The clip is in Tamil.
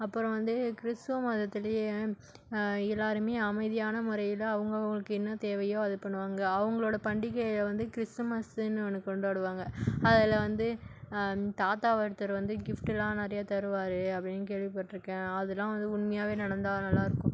அப்பறம் வந்து கிறித்துவ மதத்திலேயே எல்லோருமே அமைதியான முறையை தான் அவங்கவுங்களுக்கு என்ன தேவையோ அது பண்ணுவாங்க அவங்களோட பண்டிகையை வந்து கிறிஸுமஸுனு ஒன்று கொண்டாடுவாங்க அதில் வந்து தாத்தா ஒருத்தர் வந்து கிஃப்ட்டுலாம் நிறையா தருவார் அப்டின்னு கேள்விப்பட்டிருக்கேன் அதலாம் வந்து உண்மையாவே நடந்தால் நல்லாயிருக்கும்